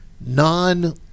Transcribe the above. non